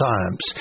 Times